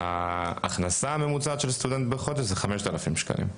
ההכנסה הממוצעת של סטודנט בחודש היא 5,000 שקלים.